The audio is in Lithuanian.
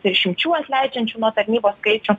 ir išimčių atleidžiančių nuo tarnybos skaičių